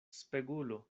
spegulo